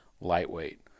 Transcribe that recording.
lightweight